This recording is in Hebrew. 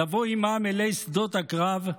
לבוא עימם אלי שדות הקרב.